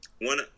one